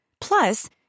Plus